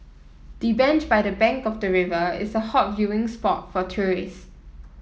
the bench by the bank of the river is a hot viewing spot for tourist